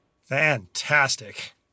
Fantastic